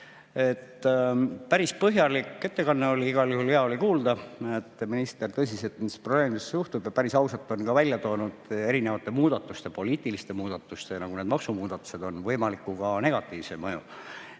Päris põhjalik ettekanne oli. Igal juhul oli hea kuulda, et minister suhtub tõsiselt nendesse probleemidesse ja päris ausalt on ka välja toonud erinevate muudatuste – poliitiliste muudatuste, nagu need maksumuudatused on – võimaliku negatiivse mõju.